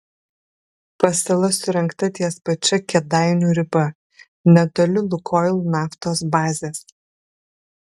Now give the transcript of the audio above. pasala surengta ties pačia kėdainių riba netoli lukoil naftos bazės